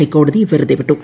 ഹൈക്കോടതി വെറുതെ വിട്ടു